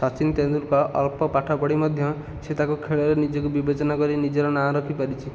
ସଚିନ ତେନ୍ଦୁଲକର ଅଳ୍ପ ପାଠପଢ଼ି ମଧ୍ୟ ସେ ତାକୁ ଖେଳରେ ନିଜକୁ ବିବେଚନା କରି ନିଜର ନାଁ ରଖିପାରିଛି